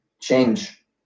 change